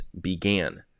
began